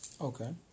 Okay